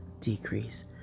decrease